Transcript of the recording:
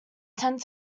tend